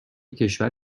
کشور